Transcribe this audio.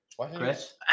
Chris